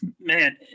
man